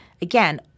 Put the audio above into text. again